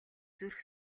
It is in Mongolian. зүрх